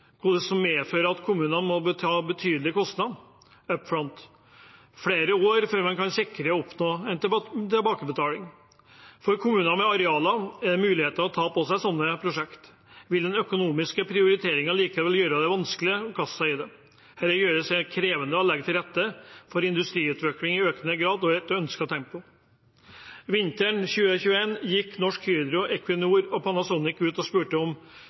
som medfører at kommuner får betydelige kostnader «up front». Det vil være flere år før en kan være sikker på å oppnå en tilbakebetaling. Selv for kommuner med arealer som gjør det mulig å påta seg slike prosjekter, vil den økonomiske prioriteringen likevel gjøre det vanskelig å kaste seg på det. Dette gjør det krevende å legge til rette for en økt grad av industriutvikling og i et ønsket tempo. Vinteren 2021 gikk Norsk Hydro, Equinor og Panasonic ut og spurte om